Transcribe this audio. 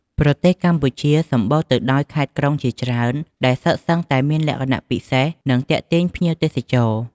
ប្រទេសកម្ពុជាសម្បូរទៅដោយខេត្តក្រុងជាច្រើន ដែលសុទ្ធសឹងតែមានលក្ខណៈពិសេស និងទាក់ទាញភ្ញៀវទេសចរ។